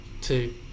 two